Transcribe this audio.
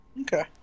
Okay